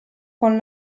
con